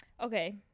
Okay